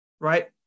right